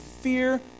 fear